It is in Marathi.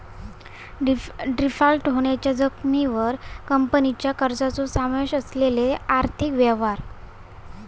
डिफॉल्ट होण्याच्या जोखमीवर कंपनीच्या कर्जाचो समावेश असलेले आर्थिक व्यवहार